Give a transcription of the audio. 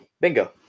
Bingo